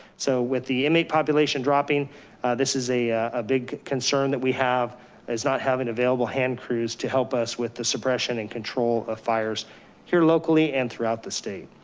so with the inmate population dropping this is a ah big concern that we have is not having available hand crews to help us with the suppression and control of fires here locally and throughout the state.